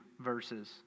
verses